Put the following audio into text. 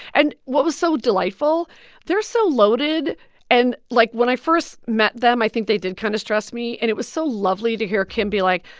and what was so delightful they're so loaded and, like, when i first met them, i think they did kind of stress me. and it was so lovely to hear kim be like,